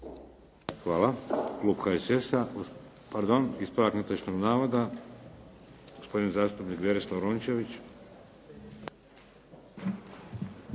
Hvala. Klub HSS-a. Pardon, ispravak netočnog navoda, gospodin zastupnik Berislav Rončević.